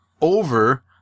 over